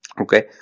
Okay